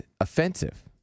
offensive